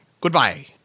Goodbye